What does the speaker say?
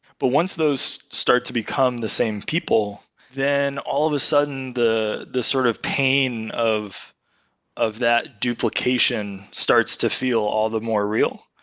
but once those start to become the same people, then all of a sudden the the sort of pain of of that duplication starts to feel all the more real.